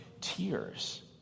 tears